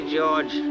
George